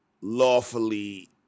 lawfully